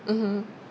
mmhmm